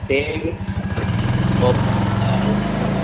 स एविङ्ग्स्